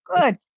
Good